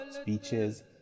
speeches